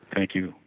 thank you,